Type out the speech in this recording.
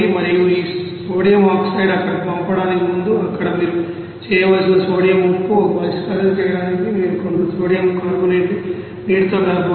మరియు ఈ సోడియం ఆక్సైడ్ను అక్కడకు పంపడానికి ముందు అక్కడ మీరు చేయవలసిన సోడియం ఉప్పు ఒక పరిష్కారం చేయడానికి మీరు కొంత సోడియం కార్బోనేట్ని నీటితో కలపాలి